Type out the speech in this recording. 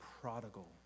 prodigal